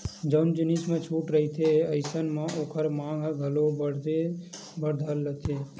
जउन जिनिस म छूट रहिथे अइसन म ओखर मांग ह घलो बड़हे बर धर लेथे